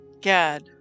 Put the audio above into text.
Gad